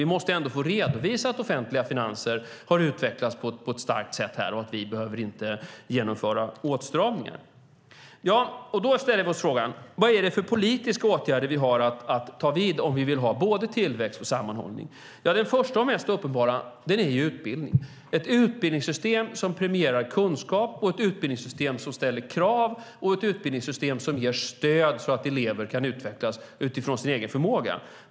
Vi måste ändå få redovisa att de offentliga finanserna har utvecklats på ett starkt sätt och att vi inte behöver genomföra åtstramningar. Vi ställer oss frågan: Vad är det för politiska åtgärder vi har att vidta om vi vill ha både tillväxt och sammanhållning? Den första och mest uppenbara är utbildning - ett utbildningssystem som premierar kunskap, som ställer krav och som ger stöd så att elever kan utvecklas utifrån sin egen förmåga.